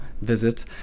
visit